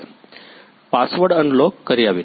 password unlock કર્યા વિના